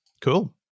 cool